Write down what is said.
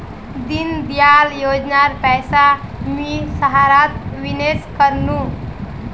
दीनदयाल योजनार पैसा स मुई सहारात निवेश कर नु